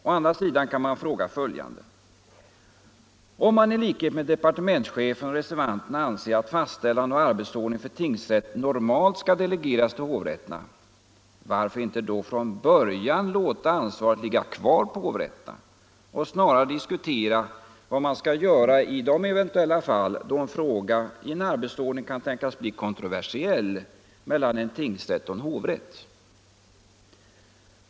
Å andra sidan kan vi fråga: Om man i likhet med departementschefen och reservanterna anser att fastställande av arbetsordning för tingsrätt normalt skall delegeras till hovrätterna, varför inte då från början låta ansvaret ligga kvar på hovrätterna och snarare diskutera vad man skall göra i de eventuella fall då en fråga i en arbetsordning kan tänkas bli kontroversiell mellan en tingsrätt och en hovrätt?